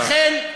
ולכן,